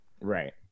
Right